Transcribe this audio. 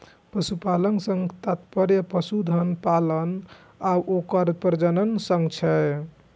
पशुपालन सं तात्पर्य पशुधन पालन आ ओकर प्रजनन सं छै